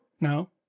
No